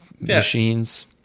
machines